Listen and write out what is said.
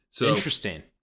Interesting